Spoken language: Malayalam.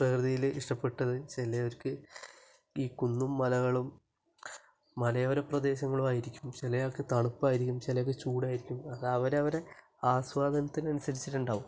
പ്രകൃതിയില് ഇഷ്ടപ്പെട്ടത് ചിലർക്ക് ഈ കുന്നും മലകളും മലയോര പ്രദേശങ്ങളും ആയിരിക്കും ചില ആൾക്ക് തണുപ്പായിരിക്കും ചില ആൾക്ക് ചൂടായിരിക്കും അത് അവരവരുടെ ആസ്വാദനത്തിനനുസരിച്ചിട്ട് ഉണ്ടാകും